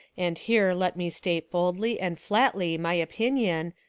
and here let me state boldly and flatly my opinion,